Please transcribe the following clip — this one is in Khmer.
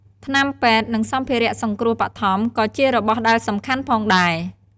ថ្នាំពេទ្យ និងសម្ភារៈសង្គ្រោះបឋម ក៏ជារបស់ដែលសំខាន់ផងដែរ។